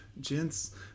gents